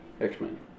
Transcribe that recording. X-Men